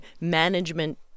management